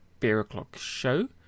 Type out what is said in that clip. beeroclockshow